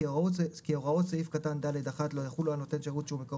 כי הוראות סעיף קטן (ד)(1) לא יחולו על נותן שירות שהוא מקור